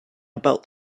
about